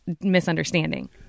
misunderstanding